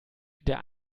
der